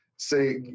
say